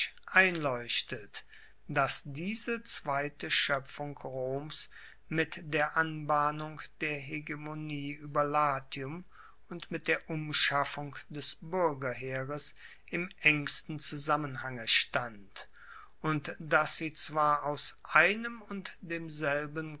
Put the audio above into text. einleuchtet dass diese zweite schoepfung roms mit der anbahnung der hegemonie ueber latium und mit der umschaffung des buergerheeres im engsten zusammenhange stand und dass sie zwar aus einem und demselben